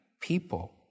people